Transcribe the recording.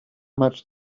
much